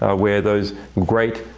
ah where those great